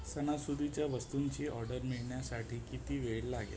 सणासुदीच्या वस्तूंची ऑडर मिळण्यासाठी किती वेळ लागेल